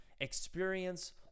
experience